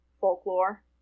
folklore